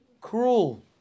Cruel